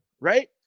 right